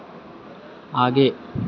आगे